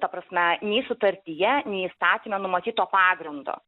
ta prasme nei sutartyje nei įstatyme numatyto pagrindo